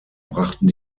brachten